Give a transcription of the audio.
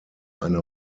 eine